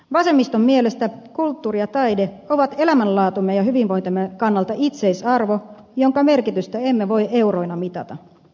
vasemmiston mielestä kulttuuri ja taide ovat elämänlaatumme ja hyvinvointimme kannalta itseisarvo jonka merkitystä emme voi euroina mitata